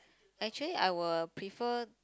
actually I will prefer